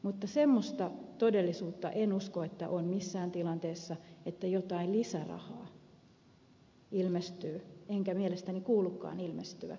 mutta semmoista todellisuutta en usko olevan missään tilanteessa että jotain lisärahaa ilmestyy eikä mielestäni kuulukaan ilmestyä